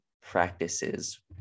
practices